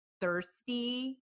thirsty